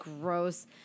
gross